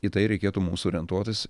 į tai reikėtų mums orientuotis